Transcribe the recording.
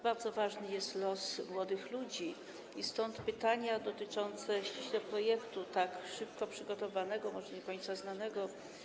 Bardzo ważny jest los młodych ludzi i stąd pytania ściśle dotyczące projektu, tak szybko przygotowanego i może nie do końca znanego.